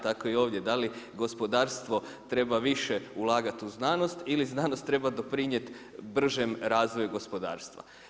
Tako i ovdje, da li gospodarstvo treba više ulagati u znanost ili znanost treba doprinijeti bržem razvoju gospodarstva.